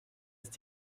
ist